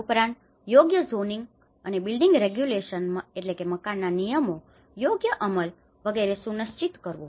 ઉપરાંત યોગ્ય zoning zoning વિભાગ અને બિલ્ડિંગ રેગ્યુલેશન building regulations મકાનના નિયમો યોગ્ય અમલ વિગેરે સુનિશ્ચિત કરવું